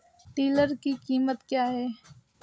Tiller की कीमत क्या है?